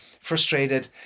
frustrated